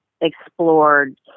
Explored